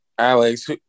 Alex